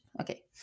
okay